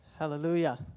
Hallelujah